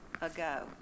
ago